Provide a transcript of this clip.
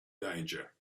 danger